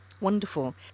Wonderful